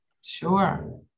Sure